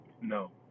No